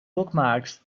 bookmarks